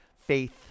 faith